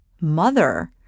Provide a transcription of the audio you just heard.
mother